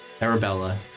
Arabella